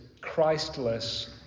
Christless